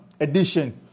edition